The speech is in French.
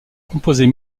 composés